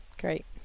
great